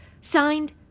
Signed